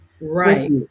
Right